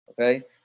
okay